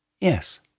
Yes